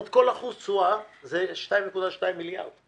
כאשר כל אחוז תשואה זה 2.2 מיליארד.